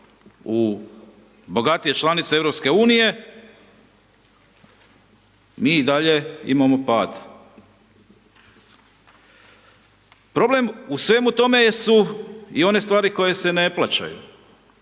u bogatije članice EU-a, mi i dalje imamo pad. Problem u svemu tome su i one stvari koje se ne plaćaju.